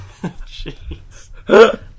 Jeez